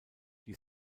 die